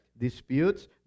disputes